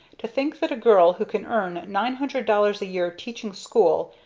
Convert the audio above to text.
to think that a girl who can earn nine hundred dollars a year teaching school,